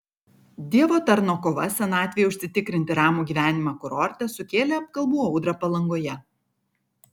dievo tarno kova senatvei užsitikrinti ramų gyvenimą kurorte sukėlė apkalbų audrą palangoje